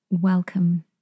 welcome